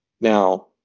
now